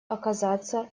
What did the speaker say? оказаться